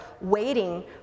Waiting